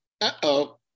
uh-oh